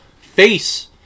face